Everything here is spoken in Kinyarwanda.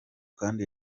kandi